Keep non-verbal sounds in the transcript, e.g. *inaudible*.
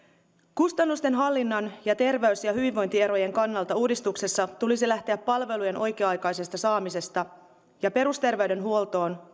kustannusten hallinnan ja terveys ja hyvinvointierojen kannalta uudistuksessa tulisi lähteä palvelujen oikea aikaisesta saamisesta ja perusterveydenhuoltoon *unintelligible*